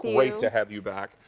great to have you back.